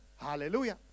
Hallelujah